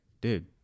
Dude